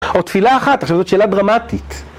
או תפילה אחת, עכשיו זאת שאלה דרמטית.